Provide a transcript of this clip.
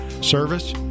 Service